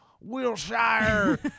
Wilshire